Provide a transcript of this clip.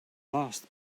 last